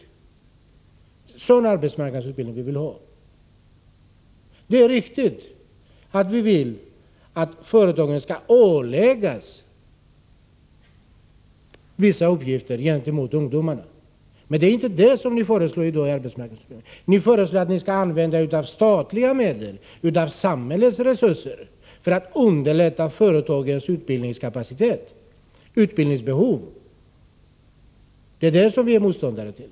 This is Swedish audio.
En sådan arbetsmarknadsutbildning vill vi ha. Det är riktigt att vi vill att företagen skall åläggas vissa uppgifter gentemot ungdomarna. Men det är inte detta ni föreslår. Ni föreslår att ni skall få använda er av statliga medel och samhällets resurser för att tillfredsställa företagens utbildningsbehov. Det är vi motståndare till.